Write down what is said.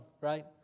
right